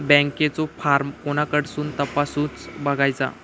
बँकेचो फार्म कोणाकडसून तपासूच बगायचा?